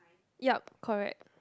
yup correct